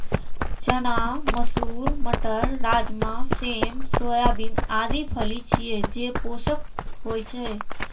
चना, मसूर, मटर, राजमा, सेम, सोयाबीन आदि फली छियै, जे पोषक होइ छै